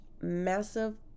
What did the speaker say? massive